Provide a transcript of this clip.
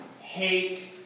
hate